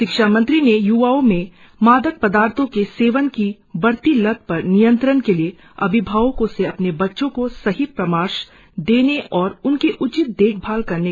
शिक्षा मंत्री ने य्वाओं में मदाक पदार्थो के सेवन की बढ़ती लत पर नियंत्रण के लिए अभिभावको से अपने बच्चों को सही परामार्श देने और उनकी उचित देखभाल करने का आग्रह किया